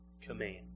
command